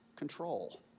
control